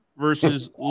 versus